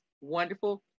wonderful